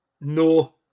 No